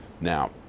Now